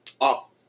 off